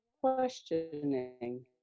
questioning